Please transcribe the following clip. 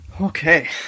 Okay